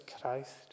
Christ